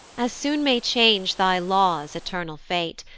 as soon may change thy laws, eternal fate,